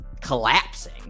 collapsing